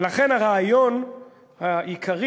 ולכן הרעיון העיקרי